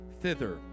thither